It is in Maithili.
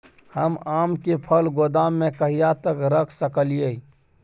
हम आम के फल गोदाम में कहिया तक रख सकलियै?